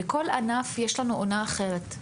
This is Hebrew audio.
בכל ענף יש לנו עונה אחרת,